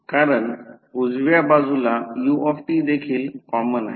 कारण उजव्या बाजूला ut देखील कॉमन आहे